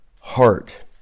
heart